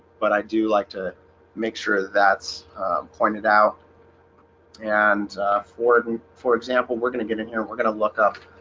but i do like to make sure that's pointed out and for for example, we're going to get in here. we're going to look up,